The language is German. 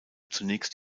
zunächst